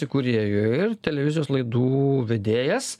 įkūrėjų ir televizijos laidų vedėjas